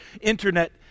internet